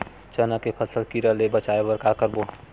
चना के फसल कीरा ले बचाय बर का करबो?